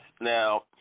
Now